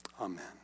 Amen